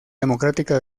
democrática